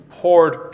poured